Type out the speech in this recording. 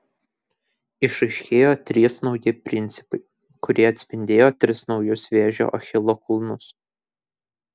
išaiškėjo trys nauji principai kurie atspindėjo tris naujus vėžio achilo kulnus